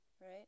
right